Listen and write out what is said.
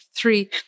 three